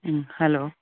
ꯎꯝ hello